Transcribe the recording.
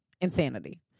Insanity